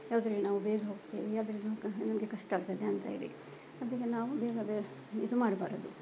ಯಾವ್ದ್ರಲ್ಲಿ ನಾವು ಬೇಗ ಹೋಗ್ತೇವೆ ಯಾವ್ದ್ರಲ್ಲಿ ನಾವು ನಮಗೆ ಕಷ್ಟ ಆಗ್ತದೆ ಅಂತ ಹೇಳಿ ಅದಕ್ಕೆ ನಾವು ಬೇಗ ಬೇಗ ಇದು ಮಾಡಬಾರದು